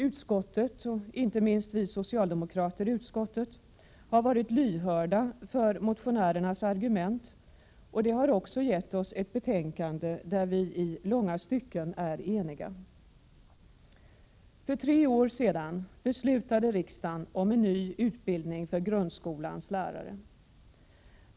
Utskottet, och inte minst vi socialdemokrater i utskottet, har varit lyhörda för motionärernas argument, och detta har också gett oss ett betänkande där vi i långa stycken är eniga. För tre år sedan beslutade riksdagen om en ny utbildning för grundskolans lärare.